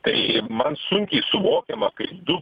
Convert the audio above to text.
tai man sunkiai suvokiama kaip du